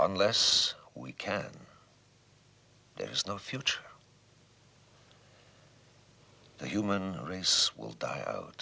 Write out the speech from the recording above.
unless we can there's no future the human race will die out